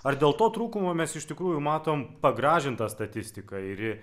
ar dėl to trūkumo mes iš tikrųjų matom pagražintą statistiką ir ji